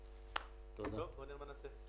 תודה, הישיבה נעולה.